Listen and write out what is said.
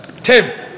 Tim